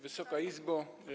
Wysoka Izbo!